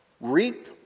Reap